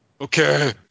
Okay